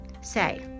Say